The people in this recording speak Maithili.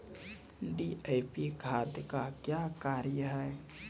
डी.ए.पी खाद का क्या कार्य हैं?